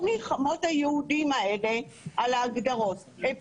מלחמות היהודים האלה לגבי ההגדרות.